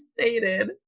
stated